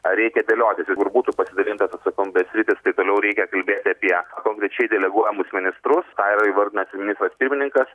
ar reikia dėliotis ir kur būtų pasidalintas atsakomybės sritys tai toliau reikia kalbėti apie konkrečiai deleguojamus ministrus tą yra įvardinęs ir ministras pirmininkas